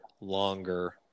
longer